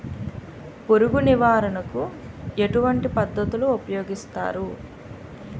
పురుగు నివారణ కు ఎటువంటి పద్ధతులు ఊపయోగిస్తారు?